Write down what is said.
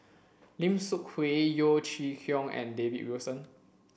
Lim Seok Hui Yeo Chee Kiong and David Wilson